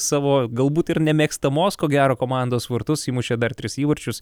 savo galbūt ir nemėgstamos ko gero komandos vartus įmušė dar tris įvarčius